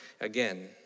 again